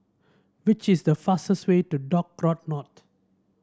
which is the fastest way to Dock Road North